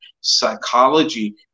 psychology